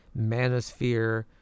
manosphere